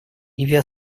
ливия